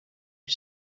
his